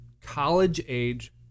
college-age